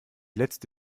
letzte